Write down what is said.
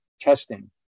testing